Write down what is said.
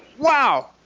wow,